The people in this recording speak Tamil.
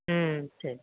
ம் சரி